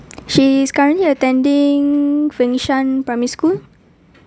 she is currently attending fengshan primary school